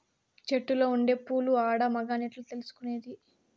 చెట్టులో ఉండే పూలు ఆడ, మగ అని ఎట్లా తెలుసుకునేది?